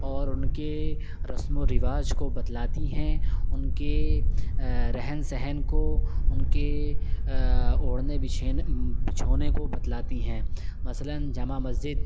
اور ان کے رسم و رواج کو بتلاتی ہیں ان کے رہن سہن کو ان کے اوڑھنے بچھونے کو بتلاتی ہیں مثلاً جامع مسجد